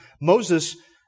Moses